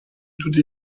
tutti